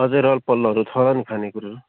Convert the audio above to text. अझै रहलपहलहरू छन् खानेकुराहरू